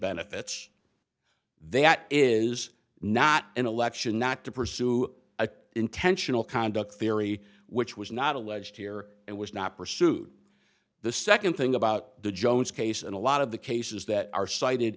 benefits that is not an election not to pursue a intentional conduct theory which was not alleged here and was not pursued the nd thing about the jones case and a lot of the cases that are cited